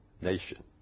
nation